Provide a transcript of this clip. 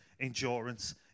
endurance